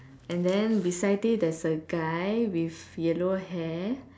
and then beside it there's a guy with yellow hair